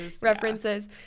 references